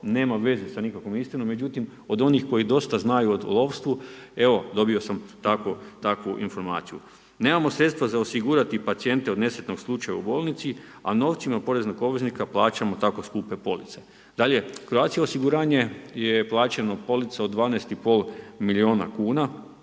nema veze sa nikakvom istinom, međutim od onih koji dosta znaju o lovstvu evo dobio sam takvu informaciju. Nemamo sredstava za osigurati pacijente od nesretnog slučaja u bolnici, a novcima poreznih obveznika plaćamo tako skupe police. Dalje, Croatia osiguranje je plaćeno polica od 12,5 miliona kuna